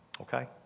Okay